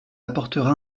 apportera